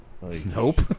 Nope